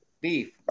Beef